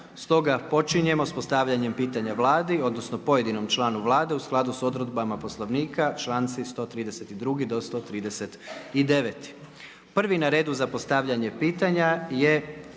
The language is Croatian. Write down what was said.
Stoga, počinjemo s postavljanjem pitanja Vladi, odnosno, pojedinom članu Vlade, u skladu s odredbama poslovnika čl.132.-139.. Prvi na redu za postavljanje pitanja, je